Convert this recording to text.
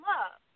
Love